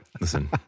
listen